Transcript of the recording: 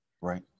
Right